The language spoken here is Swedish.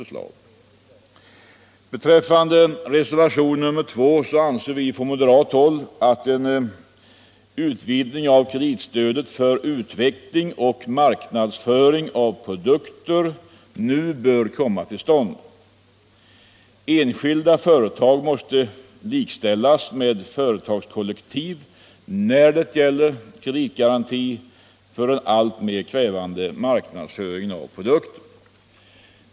Beträffande reservationen 2 anser vi moderater att en utvidgning av kreditstödet för utveckling och marknadsföring av produkter nu bör komma till stånd. Enskilda företag måste likställas med företagskollektiv när det gäller kreditgaranti för den alltmer krävande marknadsföringen av produkter.